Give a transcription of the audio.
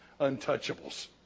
untouchables